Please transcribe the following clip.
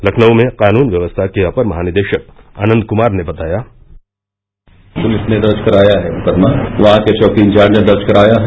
लखनऊ में कानून व्यवस्था के अपर महानिदेशक आनंद कुमार ने बताया पुलिस ने दर्ज कराया है मुकदमा वहां के चौकी इंचार्ज ने दर्ज कराया है